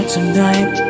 Tonight